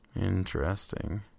interesting